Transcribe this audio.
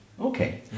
okay